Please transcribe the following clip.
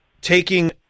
taking